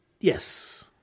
Yes